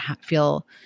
feel